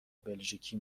بلژیکی